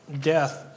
Death